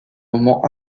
moment